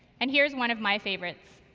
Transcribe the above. and here's one of my favorites.